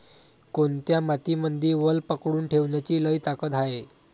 कोनत्या मातीमंदी वल पकडून ठेवण्याची लई ताकद हाये?